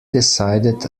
decided